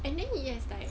and then he has like